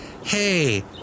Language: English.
Hey